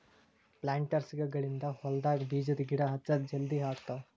ಪ್ಲಾಂಟರ್ಸ್ಗ ಗಳಿಂದ್ ಹೊಲ್ಡಾಗ್ ಬೀಜದ ಗಿಡ ಹಚ್ಚದ್ ಜಲದಿ ಆಗ್ತಾವ್